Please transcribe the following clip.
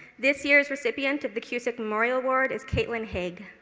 this year's recipient of the cusick memorial award is caitlin hegg.